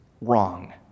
wrong